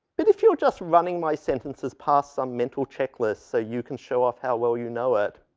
but if you're just running my sentences past some mental checklist so you can show off how well you know it,